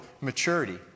maturity